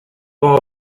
como